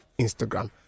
instagram